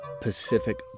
Pacific